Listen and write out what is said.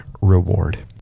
reward